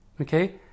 Okay